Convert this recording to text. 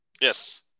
Yes